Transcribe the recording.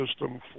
system